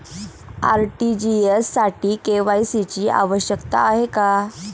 RTGS साठी KYC ची आवश्यकता आहे का?